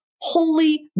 Holy